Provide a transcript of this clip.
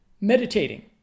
meditating